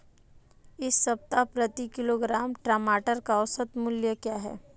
इस सप्ताह प्रति किलोग्राम टमाटर का औसत मूल्य क्या है?